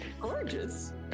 gorgeous